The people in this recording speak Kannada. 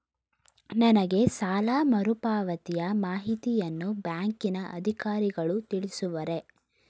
ನನಗೆ ಸಾಲ ಮರುಪಾವತಿಯ ಮಾಹಿತಿಯನ್ನು ಬ್ಯಾಂಕಿನ ಅಧಿಕಾರಿಗಳು ತಿಳಿಸುವರೇ?